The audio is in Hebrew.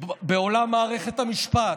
בעולם מערכת המשפט.